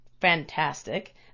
fantastic